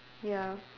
ya